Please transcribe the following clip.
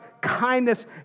kindness